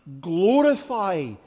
glorify